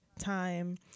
time